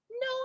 no